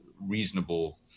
reasonable